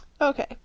Okay